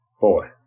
boy